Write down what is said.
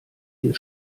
hier